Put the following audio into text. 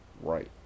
Right